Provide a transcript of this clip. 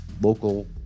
local